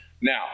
Now